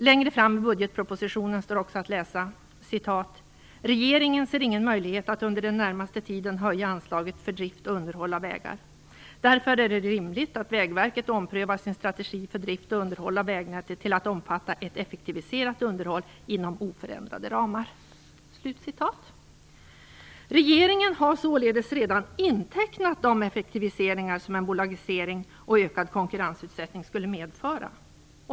Längre fram i budgetpropositionen står också att läsa: "Regeringen ser ingen möjlighet att under den närmaste tiden höja anslaget för drift och underhåll av vägar. Därför är det rimligt att Vägverket omprövar sin strategi för drift och underhåll av vägnätet till att omfatta ett effektiviserat underhåll inom oförändrade ramar." Regeringen har således redan intecknat de effektiviseringar som en bolagisering och ökad konkurrensutsättning skulle medföra.